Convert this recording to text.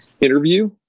interview